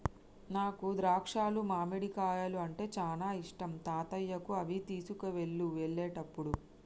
నాకు ద్రాక్షాలు మామిడికాయలు అంటే చానా ఇష్టం తాతయ్యకు అవి తీసుకువెళ్ళు వెళ్ళేటప్పుడు